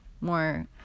more